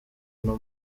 uno